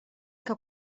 que